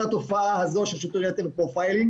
התופעה הזאת של שיטור יתר ופרופיילינג,